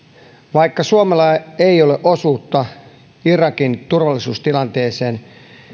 vaikka suomella ei ole osuutta irakin turvallisuustilanteeseen